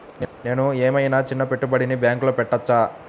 నేను ఏమయినా చిన్న పెట్టుబడిని బ్యాంక్లో పెట్టచ్చా?